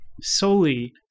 solely